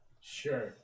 Sure